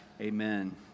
amen